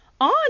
on